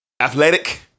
athletic